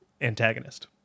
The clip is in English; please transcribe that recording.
antagonist